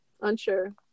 unsure